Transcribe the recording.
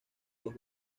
los